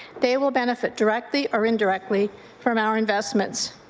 they will benefit directly or indirectly from our investments.